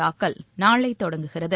தாக்கல் நாளை தொடங்குகிறது